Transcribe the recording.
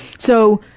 so,